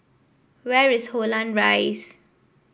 where is Holland Rise